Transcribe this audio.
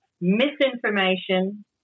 misinformation